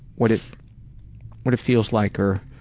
what it what it feels like or?